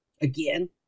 again